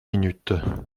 minutes